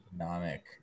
economic